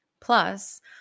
Plus